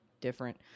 different